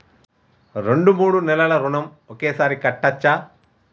రెండు మూడు నెలల ఋణం ఒకేసారి కట్టచ్చా?